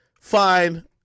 Fine